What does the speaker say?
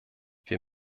wir